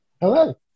Hello